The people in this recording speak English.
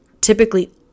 typically